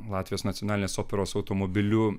latvijos nacionalinės operos automobiliu